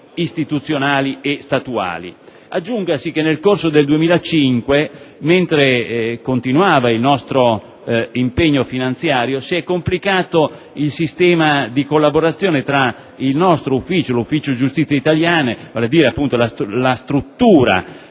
istituzionali e statuali. Aggiungasi che nel corso del 2005, mentre continuava il nostro impegno finanziario, si è complicato il sistema di collaborazione tra il nostro Ufficio italiano giustizia, la struttura